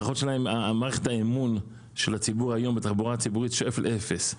מערכת האמון של הציבור היום בתחבורה ציבורית שואף לאפס.